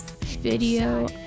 video